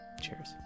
Cheers